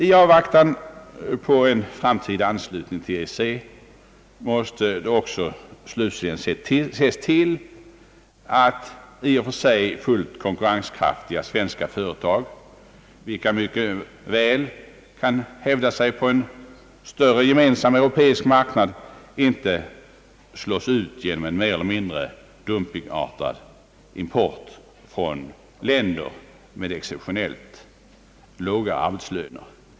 I avvaktan på en framtida anslutning till EEC måste vi också slutligen se till att i och för sig fullt konkurrenskraftiga svenska företag, vilka mycket väl kan hävda sig på en större gemensam europeisk marknad, inte slås ut genom en mer eller mindre dumpingartad import från länder med exceptionellt låga arbetslöner.